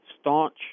staunch